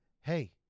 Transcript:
hey